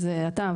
שזה אתה,